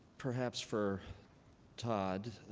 perhaps for todd,